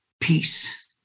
peace